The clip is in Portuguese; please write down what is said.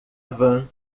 van